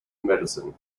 medicine